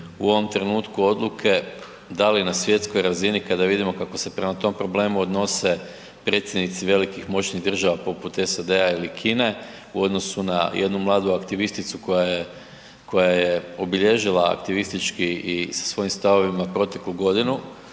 u ovom trenutku odluke da li na svjetskoj razini kada vidimo kako se prema tom problemu odnose predsjednici velikih moćnih država poput SAD-a ili Kine u odnosu na jednu mladu aktivisticu koja je obilježila aktivistički i sa svojim stavovima proteklu godinu